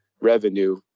revenue